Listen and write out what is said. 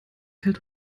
hält